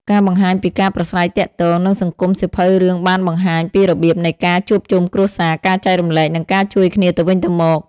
ការបង្ហាញពីការប្រាស្រ័យទាក់ទង និងសង្គមសៀវភៅរឿងបានបង្ហាញពីរបៀបនៃការ ជួបជុំគ្រួសារ ការចែករំលែក និងការជួយគ្នាទៅវិញទៅមក។